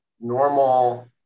normal